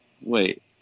wait